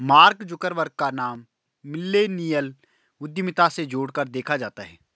mark Zuckerberg का नाम millennial उद्यमिता से जोड़कर देखा जाता है